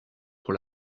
pour